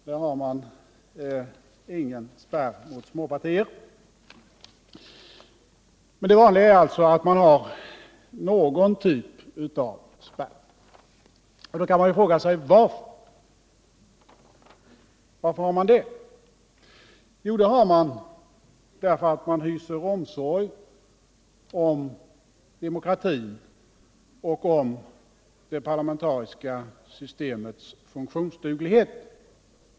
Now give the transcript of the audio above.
Där har man ingen spärr mot småpartier. Men det vanliga är alltså att man har någon typ av spärr. Då kan man fråga sig: Varför har man det? Jo, därför att man hyser omsorg om demokratin och om det parlamentariska systemets funktionsduglighet.